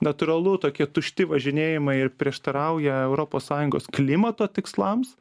natūralu tokie tušti važinėjimai ir prieštarauja europos sąjungos klimato tikslams